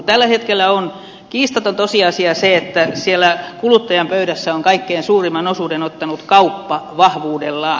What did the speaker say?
tällä hetkellä on kiistaton tosiasia se että siellä kuluttajan pöydässä on kaikkein suurimman osuuden ottanut kauppa vahvuudellaan